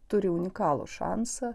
turi unikalų šansą